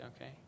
okay